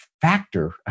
factor